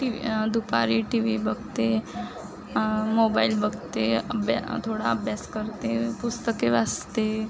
T V दुपारी TV बघते mobile बघते अभ्यास थोडा अभ्यास करते पुस्तके वाचते